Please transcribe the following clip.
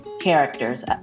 characters